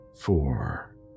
Four